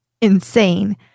insane